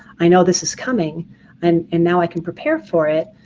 i know this is coming and and now i can prepare for it,